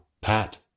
Pat